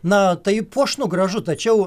na tai puošnu gražu tačiau